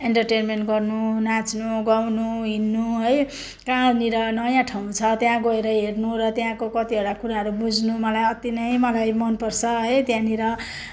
entertainment गर्नु नाच्नु गाउनु हिँड्नु है कहाँनिर नयाँ ठाउँ छ त्यहाँ गएर हेर्नु र त्यहाँको कतिवटा कुराहरू बुझ्नु मलाई अति नै मलाई मनपर्छ है त्यहाँनिर